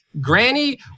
granny